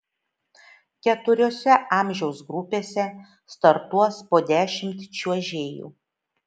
keturiose amžiaus grupėse startuos po dešimt čiuožėjų